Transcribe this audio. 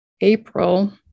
April